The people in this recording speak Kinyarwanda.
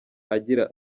agira